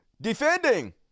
defending